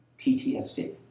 PTSD